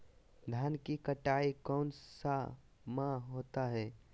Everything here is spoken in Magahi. धान की कटाई कौन सा माह होता है?